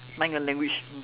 mind your language mm